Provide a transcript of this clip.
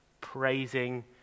praising